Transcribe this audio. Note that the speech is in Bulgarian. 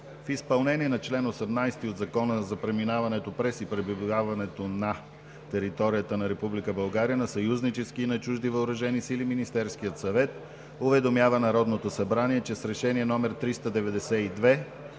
В изпълнение на чл. 18 от Закона за преминаването през и пребиваването на територията на Република България на съюзнически и на чужди въоръжени сили Министерският съвет уведомява Народното събрание, че с Решение № 392